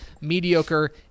mediocre